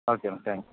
okay మ thanks